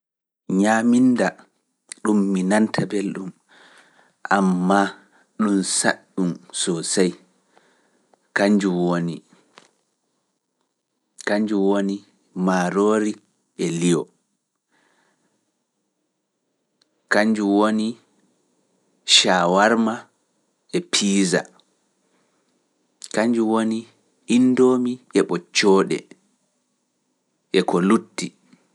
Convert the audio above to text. Ñaaminda koyɗum kam ɗum saɗa ñaameego koo yareego arande kañjun woni kosam e sobbal, ɗiɗaɓum kañjun woni mboyri, tataɓum kañju woni ñiiri e liyo, nayaɓum kañjun woni bete maaroori, jowaɓum kañjun woni bete dooyaaje, bete daŋkali.